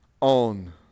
on